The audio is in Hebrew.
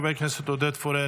חבר הכנסת עודד פורר,